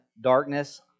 darkness